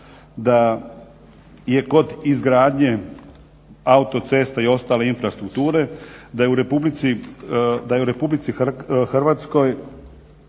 da je kod izgradnje autocesta i ostale infrastrukture da je u RH puno vođeno